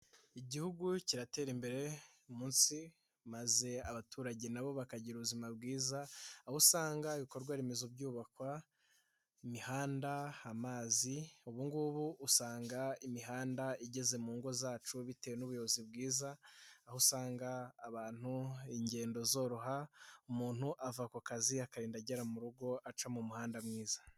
Igihugu kiratera imbere buri munsi maze abaturage na bo bakagira ubuzima bwiza, aho usanga ibikorwa remezo byubaka, imihanda, amazi, ubungubu usanga imihanda igeze mu ngo zacu bitewe n'ubuyobozi bwiza, aho usanga abantu ingendo zoroha umuntu ava ku kazi akagenda agera mu rugo aca mu muhanda mwiza.